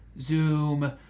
Zoom